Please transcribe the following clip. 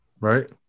Right